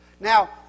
Now